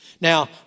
Now